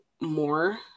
more